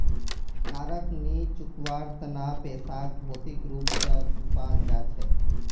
कारक नी चुकवार तना पैसाक भौतिक रूप स चुपाल जा छेक